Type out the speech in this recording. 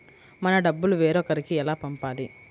మన డబ్బులు వేరొకరికి ఎలా పంపాలి?